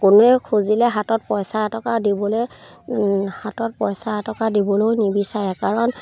কোনেও খুজিলে হাতত পইচা এটকা দিবলৈ হাতত পইচা এটকা দিবলৈও নিবিচাৰে কাৰণ